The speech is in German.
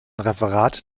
referat